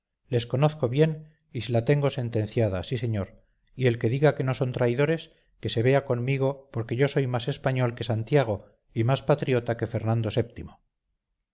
conozco bien y se la tengo sentenciada sí señor y el que diga que no son traidores que se vea conmigo porque yo soy más español que santiago y más patriota que fernando